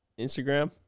Instagram